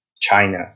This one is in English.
China